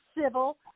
civil